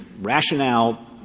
rationale